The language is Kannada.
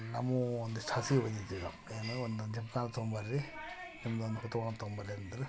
ನಮ್ಮವು ಒಂದಿಷ್ಟು ಹಾಸ್ಗೆ ಒಯ್ದಿದ್ದಿವಿ ನಾವು ಏನು ಒಂದೊಂದು ತಗೊಬರ್ರಿ ನಿಮ್ದೊಂದು ಹೊತ್ಕೊಳದು ತಗೊಬನ್ನಿ ಅಂದಿದ್ರು